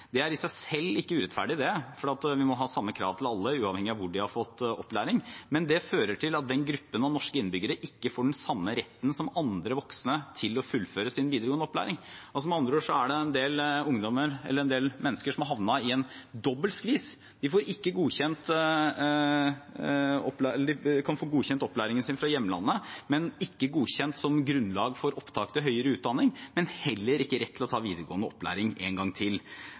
Det er i seg selv ikke urettferdig, for vi må ha samme krav til alle, uavhengig av hvor de har fått opplæring, men det fører til at den gruppen av norske innbyggere ikke får den samme retten som andre voksne til å fullføre sin videregående opplæring. Med andre ord er det en del mennesker som har havnet i en dobbel skvis. De kan få godkjent opplæringen sin fra hjemlandet, men ikke som grunnlag for opptak til høyere utdanning, og de har heller ikke rett til å få videregående opplæring en gang til. Det er et åpenbart hinder for god inkludering. Derfor må vi gjøre noe med det. Når det gjelder direkte overgang i retten til